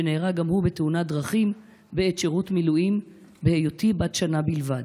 שנהרג גם הוא בתאונת דרכים בעת שירות מילואים בהיותי בת שנה בלבד.